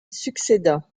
succéda